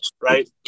right